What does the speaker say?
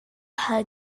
her